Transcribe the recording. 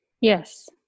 Yes